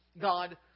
God